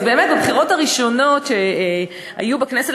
אז באמת בבחירות הראשונות שהיו לכנסת,